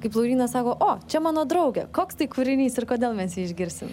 kaip lauryna sako o čia mano draugė koks tai kūrinys ir kodėl mes jį išgirsim